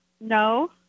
No